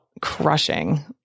crushing